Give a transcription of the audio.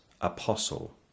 apostle